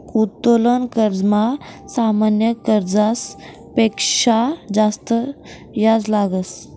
उत्तोलन कर्जमा सामान्य कर्जस पेक्शा जास्त याज लागस